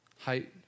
Height